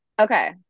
Okay